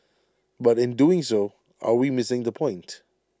but in doing so are we missing the point